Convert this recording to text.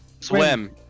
Swim